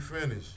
finish